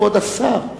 כבוד השר.